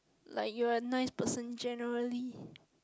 like you are a nice person generally